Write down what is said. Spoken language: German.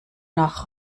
nach